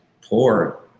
poor